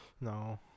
No